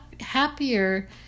happier